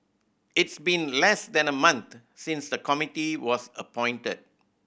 it's been less than a month since the committee was appointed